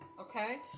Okay